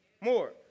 more